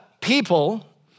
people